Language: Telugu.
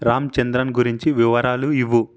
రామచంద్రన్ గురించి వివరాలు ఇవ్వు